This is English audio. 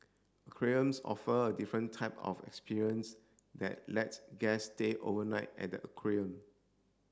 aquariums offer a different type of experience that lets guests stay overnight at the aquarium